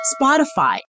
Spotify